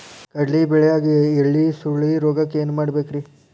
ಕಡ್ಲಿ ಬೆಳಿಯಾಗ ಎಲಿ ಸುರುಳಿರೋಗಕ್ಕ ಏನ್ ಮಾಡಬೇಕ್ರಿ?